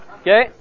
okay